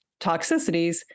toxicities